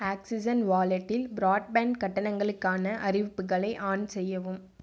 oxygen வாலெட்டில் broadband கட்டணங்களுக்கான அறிவிப்புகளை ஆன் செய்யவும்